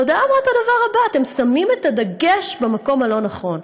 ההודעה אמרה את הדבר הבא: אתם שמים את הדגש במקום הלא-נכון.